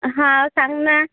हो सांगना